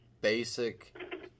basic